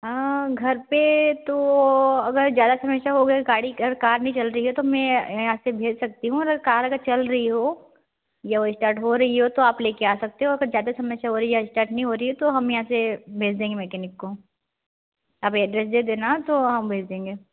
अ घर पे तो अगर ज़्यादा समस्या हो गई गाड़ी का अगर कार नहीं चल रही है तो मैं यहाँ से भेज सकती हूँ अगर कार चल रही हो या स्टार्ट हो रही हो तो आप ले कर आ सकते हो अगर ज़्यादा समय से हो रही हो स्टार्ट नहीं हो रही हो तो हम यहाँ से भेज देंगे मकैनिक को आप एड्रैस दे देना तो हम भेज देंगे